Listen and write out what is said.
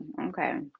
Okay